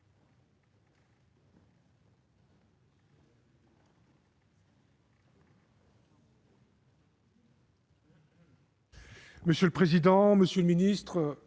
Monsieur le président, monsieur le ministre,